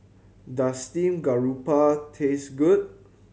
does steamed garoupa taste good